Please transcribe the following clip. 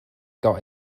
got